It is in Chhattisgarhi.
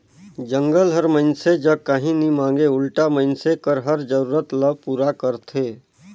जंगल हर मइनसे जग काही नी मांगे उल्टा मइनसे कर हर जरूरत ल पूरा करथे